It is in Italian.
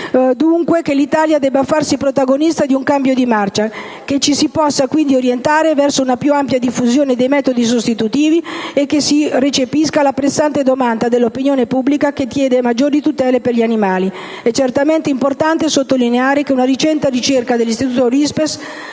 dunque che l'Italia si faccia protagonista di un cambio di marcia che ci possa quindi orientare verso una più ampia diffusione dei metodi sostitutivi e che recepisca la pressante domanda dell'opinione pubblica che chiede maggiori tutele nei confronti degli animali. È certamente importante sottolineare che una recente ricerca dell'istituto